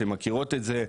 הן מכירות את זה,